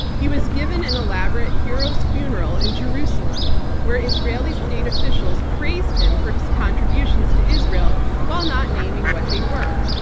he was given an elaborate hero's funeral in jerusalem where israeli state officials praised him for his contributions to israel while not naming what they were.